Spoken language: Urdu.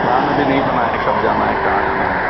پلان ابھی نہیں بنا ہے کب جانا ہے کہاں جانا ہے